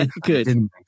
Good